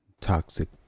toxic